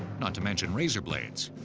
not to mention razor blades.